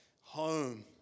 home